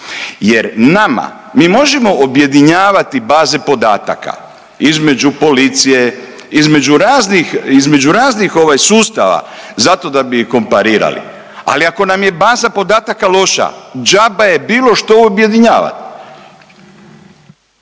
Jer nama, mi možemo objedinjavati baze podataka između policije, između raznih, između raznih ovaj sustava zato da bi komparirali, ali ako nam je baza podataka loša džaba je bilo šta objedinjavat.